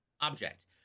object